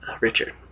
Richard